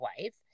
wife